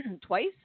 Twice